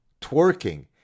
twerking